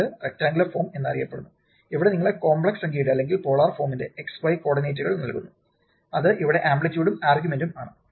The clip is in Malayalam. ഇത് റെക്ടൻഗുലര് ഫോം എന്നറിയപ്പെടുന്നു അവിടെ നിങ്ങൾ കോംപ്ലക്സ് സംഖ്യയുടെ അല്ലെങ്കിൽ പോളാർ ഫോംന്റെ x y കോർഡിനേറ്റുകൾ നൽകുന്നു അത് ഇവിടെ ആംപ്ലിറ്യുടും ആർഗുമെന്റും ആണ്